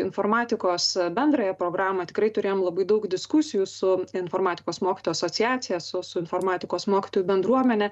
informatikos bendrąją programą tikrai turėjom labai daug diskusijų su informatikos mokytojų asociacija su su informatikos mokytojų bendruomene